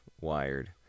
wired